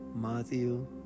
Matthew